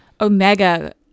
Omega